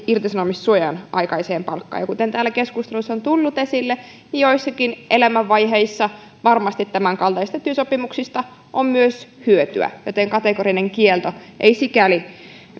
irtisanomissuojan aikaiseen palkkaan kuten täällä keskusteluissa on tullut esille joissakin elämänvaiheissa varmasti tämänkaltaisista työsopimuksista on myös hyötyä joten kategori nen kielto ei sikäli